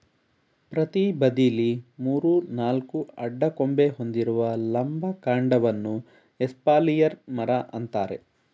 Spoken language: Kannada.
ಪ್ರತಿ ಬದಿಲಿ ಮೂರು ನಾಲ್ಕು ಅಡ್ಡ ಕೊಂಬೆ ಹೊಂದಿರುವ ಲಂಬ ಕಾಂಡವನ್ನ ಎಸ್ಪಾಲಿಯರ್ ಮರ ಅಂತಾರೆ